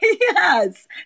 Yes